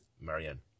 Marianne